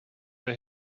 der